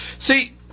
See